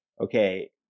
okay